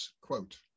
quote